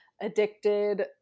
addicted